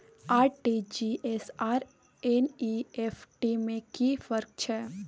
RTG S आर NEFT में कि फर्क छै?